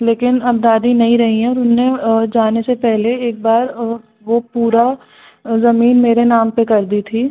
लेकिन अब दादी नहीं रही हैं और उनने जाने से पहले एक बार वो पूरा ज़मीन मेरे नाम पे कर दी थी